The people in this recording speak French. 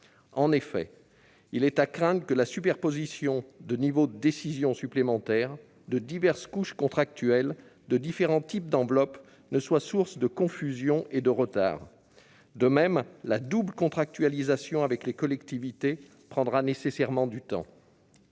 En effet, il est à craindre que la superposition de multiples niveaux de décision, de diverses couches contractuelles et de différents types d'enveloppes ne soit source de confusion et de retards. De même, la double contractualisation avec les collectivités prendra nécessairement du temps.